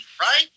right